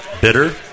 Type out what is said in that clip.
bitter